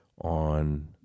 on